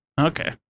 Okay